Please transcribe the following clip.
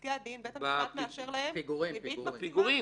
בפסקי הדין בית המשפט מאשר להם ריבית מקסימלית.